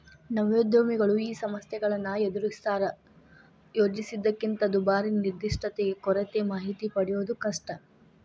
ನವೋದ್ಯಮಿಗಳು ಈ ಸಮಸ್ಯೆಗಳನ್ನ ಎದರಿಸ್ತಾರಾ ಯೋಜಿಸಿದ್ದಕ್ಕಿಂತ ದುಬಾರಿ ನಿರ್ದಿಷ್ಟತೆಯ ಕೊರತೆ ಮಾಹಿತಿ ಪಡೆಯದು ಕಷ್ಟ